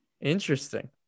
interesting